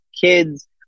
kids